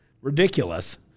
ridiculous